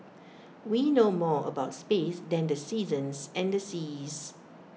we know more about space than the seasons and the seas